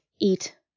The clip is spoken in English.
eat